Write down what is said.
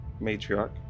matriarch